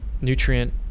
Nutrient